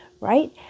right